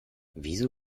wieso